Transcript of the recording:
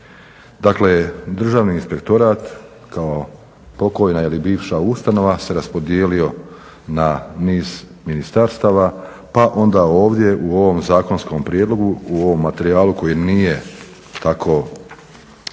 Dakle, Državni inspektorat kao pokvarena ili bivša ustanova se raspodijelio na niz ministarstava pa onda ovdje u ovom zakonskom prijedlogu u ovom materijalu koji nije tako obilan,